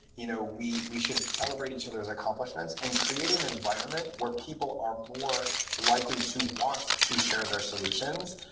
you know we we should celebrate each other s accomplishments and create an environment where people are more likely to want to share their solutions,